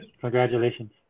Congratulations